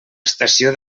estació